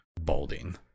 balding